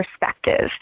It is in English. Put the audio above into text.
perspective